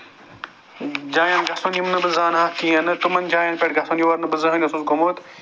جاین گژھُن یِم نہٕ بہٕ زانان کِہیٖنٛۍ نہٕ تِمَن جاٮ۪ن پٮ۪ٹھ گژھُن یور نہٕ بہٕ زٕہٕنٛے اوسُس گوٚمُت